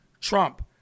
Trump